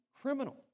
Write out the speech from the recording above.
criminal